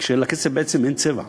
כשלכסף בעצם אין צבע?